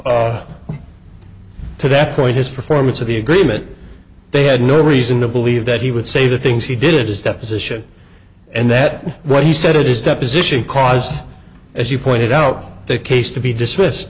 up to that point his performance of the agreement they had no reason to believe that he would say the things he did his deposition and that what he said it is deposition caused as you pointed out the case to be dismissed